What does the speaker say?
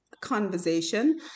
conversation